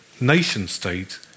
nation-state